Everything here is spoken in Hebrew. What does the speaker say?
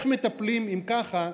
אם ככה,